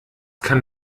kann